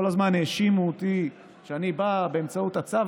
כל הזמן האשימו אותי שאני בא באמצעות הצו